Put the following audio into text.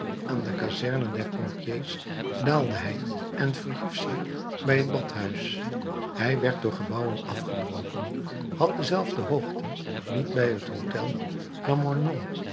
aan de kazerne der pompiers daalde hij en verhief zich bij het badhuis hij werd door gebouwen afgebroken had dezelfde hoogte niet bij het hôtel